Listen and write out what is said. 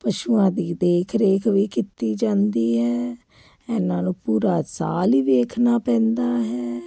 ਪਸ਼ੂਆਂ ਦੀ ਦੇਖ ਰੇਖ ਵੀ ਕੀਤੀ ਜਾਂਦੀ ਹੈ ਇਹਨਾਂ ਨੂੰ ਪੂਰਾ ਸਾਲ ਹੀ ਵੇਖਣਾ ਪੈਂਦਾ ਹੈ